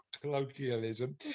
Colloquialism